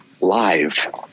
live